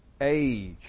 age